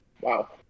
Wow